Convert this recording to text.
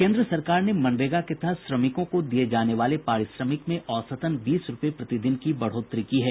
केन्द्र सरकार ने मनरेगा के तहत श्रमिकों को दिये जाने वाले पारिश्रमिक में औसतन बीस रूपये प्रतिदिन की बढ़ोतरी की है